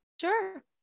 Sure